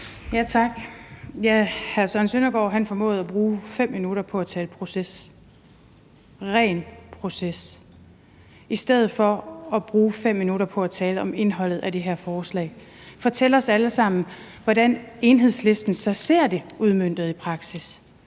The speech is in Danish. Tak. Hr. Søren Søndergaard formåede at bruge 5 minutter på at tale proces – ren proces – i stedet for at bruge 5 minutter på at tale om indholdet af det her forslag, fortælle os alle sammen, hvordan Enhedslisten så ser det udmøntet i praksis,